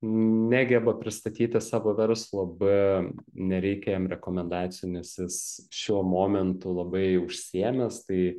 negeba pristatyti savo verslo b nereikia jam rekomendacijų nes jis šiuo momentu labai užsiėmęs tai